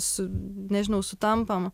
su nežinau sutampam